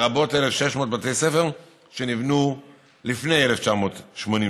לרבות 1,600 בתי הספר שנבנו לפני 1980,